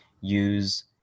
use